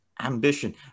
ambition